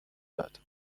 داد